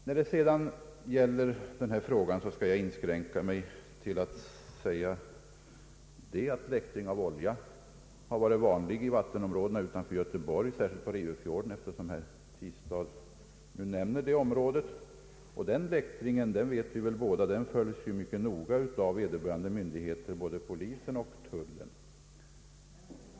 I sakfrågan inskränker jag mig till att säga, att läktring av olja har varit vanlig inom vattenområdena utanför Göteborg — särskilt på Rivöfjorden, som herr Tistad nämnde, Vi vet ju båda att läktringen där följs mycket noga av vederbörande myndigheter, alltså både polisen och tullen.